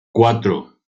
cuatro